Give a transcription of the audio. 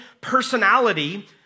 personality